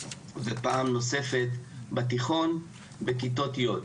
ופעם נוספת בתיכון בכיתות י'.